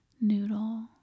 Noodle